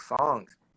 songs